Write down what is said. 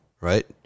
right